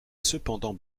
cependant